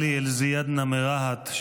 עלי אלזיאדנה מרהט,